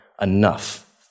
enough